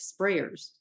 sprayers